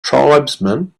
tribesmen